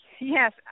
Yes